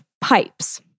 pipes